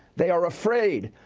they are afraid.